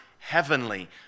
Heavenly